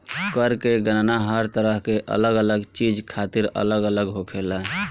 कर के गणना हर तरह के अलग अलग चीज खातिर अलग अलग होखेला